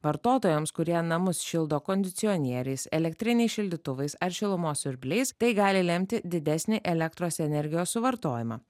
vartotojams kurie namus šildo kondicionieriais elektriniais šildytuvais ar šilumos siurbliais tai gali lemti didesnį elektros energijos suvartojimą